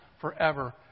forever